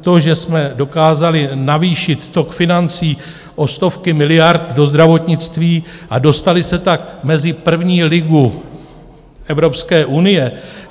To, že jsme dokázali navýšit tok financí o stovky miliard do zdravotnictví a dostali se tak mezi první ligu EU,